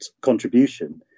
contribution